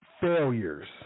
failures